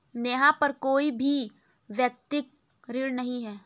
नेहा पर कोई भी व्यक्तिक ऋण नहीं है